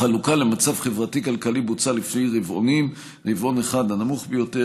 החלוקה למצב חברתי-כלכלי נעשתה לפי רבעונים רבעון 1 הוא הנמוך ביותר,